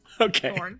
Okay